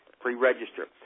pre-register